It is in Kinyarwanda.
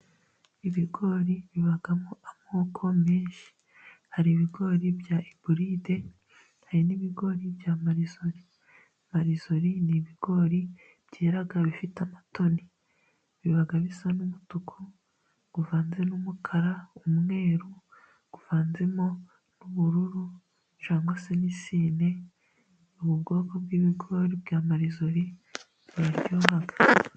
Ibigori bibamo amoko menshi, hari ibigori bya iburide, hari n'ibigori bya marizori. Marizori ni ibigori byera bifite amatoni, biba bisa n'umutuku uvanze n'umukara, umweru uvanzemo ubururu cyangwa se n'isine. Ubu bwoko bw'ibigori bya marizori buraryoha.